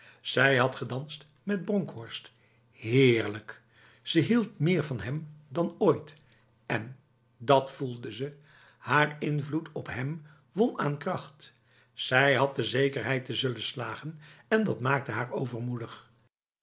zij had gedanst met bronkhorst heerlijkze hield meer van hem dan ooit en dat voelde ze haar invloed op hem won aan kracht zij had de zekerheid te zullen slagen en dat maakte haar overmoedig